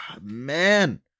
Man